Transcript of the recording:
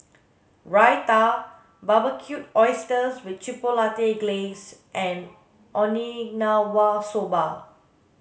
Raita Barbecued Oysters with Chipotle Glaze and Okinawa Soba